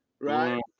right